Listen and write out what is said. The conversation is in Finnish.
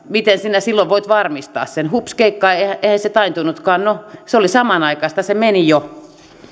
miten sinä silloin voit varmistaa sen hupskeikkaa eihän se taintunutkaan no se oli samanaikaista se meni jo